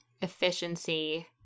efficiency